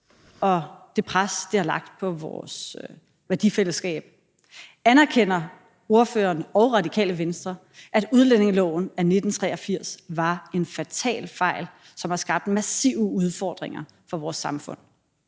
og det pres, det har lagt på vores værdifællesskab. Anerkender ordføreren og Radikale Venstre, at udlændingeloven af 1983 var en fatal fejl, som har skabt massive udfordringer for vores samfund?